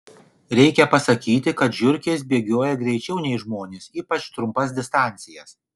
reikia pasakyti kad žiurkės bėgioja greičiau nei žmonės ypač trumpas distancijas